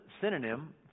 synonym